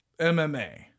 MMA